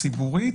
ציבורית.